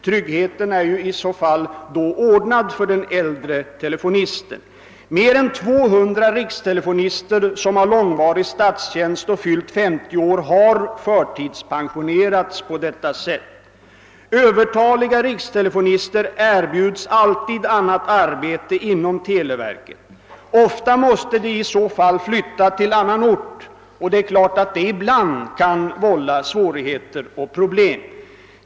Tryggheten är ju i så fall ordnad för den äldre telefonisten. Mer än 200 rikstelefonister som har långvarig statstjänst och fyllt 50 år har förtidspensionerats på detta sätt. Övertaliga rikstelefonister erbjuds alltid annat arbete inom televerket. Ofta måste de i så fall flytta till annan ort, och det är klart, att det ibland kan vålla svårigheter och problem.